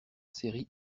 séries